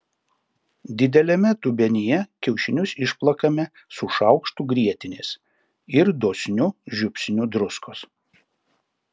dideliame dubenyje kiaušinius išplakame su šaukštu grietinės ir dosniu žiupsniu druskos